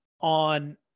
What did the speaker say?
on